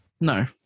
No